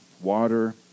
Water